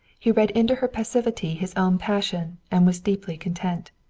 he read into her passivity his own passion, and was deeply content.